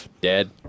Dead